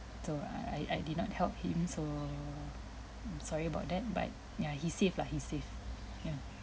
so I I I did not help him so mm sorry about that but yeah he's safe lah he's safe ya